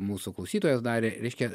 mūsų klausytojas darė reiškia